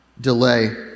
delay